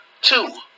Two